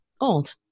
old